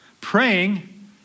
Praying